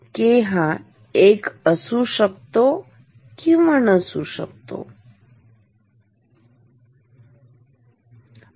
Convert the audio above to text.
k हा 1 असू शकतो किंवा नसू ही शकतो ठीक